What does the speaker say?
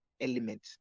element